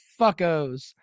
fuckos